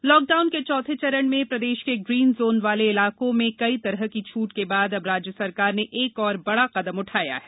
इडलाइन lockdown के चौथे चरण में प्रदेश के ग्रीन जोन वाले इलाकों में कई तरह की छूट के बाद अब राज्य सरकार ने एक और बड़ा कदम उठाया है